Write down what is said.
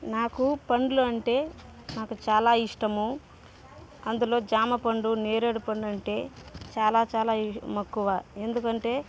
నాకు పండ్లు అంటే నాకు చాలా ఇష్టము అందులో జామ పండు నేరేడు పండు అంటే చాలా చాలా మక్కువ ఎందుకంటే